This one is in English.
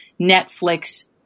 Netflix